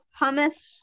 hummus